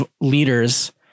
leaders